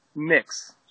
Mix